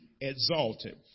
exalted